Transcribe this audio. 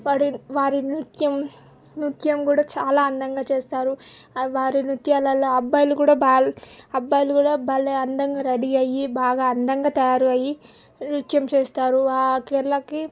వాడి వారి నృత్యం నృత్యం కూడా చాలా అందంగా చేస్తారు అవి వారి నృత్యాలల్లో అబ్బాయిలు కూడా బాల్ అబ్బాయిలు కూడా భలే అందంగా రెడీ అయ్యి బాగా అందంగా తయారు అయ్యి నృత్యం చేస్తారు ఆ కేరళకి